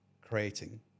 creating